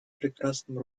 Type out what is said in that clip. прекрасным